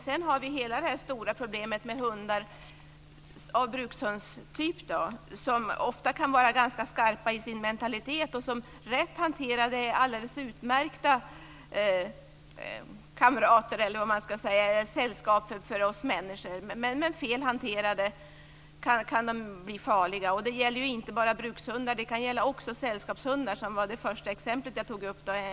Sedan har vi hela det stora problemet med hundar av brukshundstyp, som ofta kan vara ganska skarpa i sin mentalitet, men som rätt hanterade är ett alldeles utmärkt sällskap till oss människor. Men fel hanterade kan de bli farliga. Det gäller inte bara brukshundar, det kan också gälla sällskapshundar, som i det första exemplet jag tog upp.